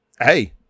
hey